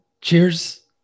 Cheers